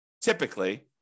typically